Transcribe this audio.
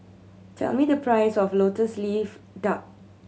tell me the price of Lotus Leaf Duck